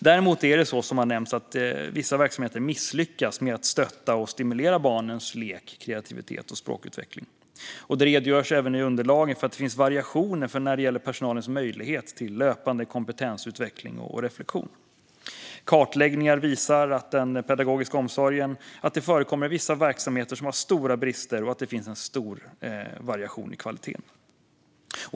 Däremot är det, som har nämnts, så att vissa verksamheter misslyckas med att stötta och stimulera barnens lek, kreativitet och språkutveckling. Det redogörs även i underlagen för att det finns variationer i personalens möjligheter till löpande kompetensutveckling och reflektion. Kartläggningar visar att det i den pedagogiska omsorgen förekommer vissa verksamheter som har stora brister och att det finns en stor variation i kvaliteten.